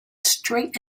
straight